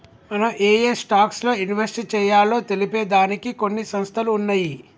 మనం ఏయే స్టాక్స్ లో ఇన్వెస్ట్ చెయ్యాలో తెలిపే దానికి కొన్ని సంస్థలు ఉన్నయ్యి